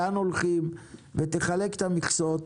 לאן הולכים ותחלק את המכסות,